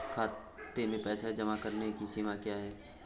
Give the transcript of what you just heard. खाते में पैसे जमा करने की सीमा क्या है?